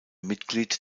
mitglied